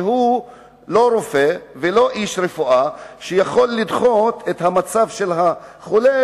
שאינו רופא ואינו איש רפואה שיכול לדחות את המצב של החולה